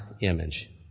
image